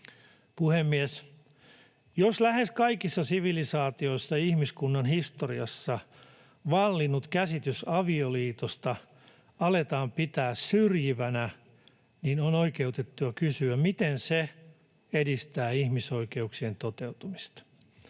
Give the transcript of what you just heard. Puhemies! Jos lähes kaikissa sivilisaatioissa ihmiskunnan historiassa vallinnutta käsitystä avioliitosta aletaan pitää syrjivänä, on oikeutettua kysyä, miten se edistää ihmisoikeuksien toteutumista.